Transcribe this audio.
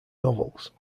novels